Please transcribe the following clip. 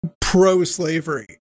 pro-slavery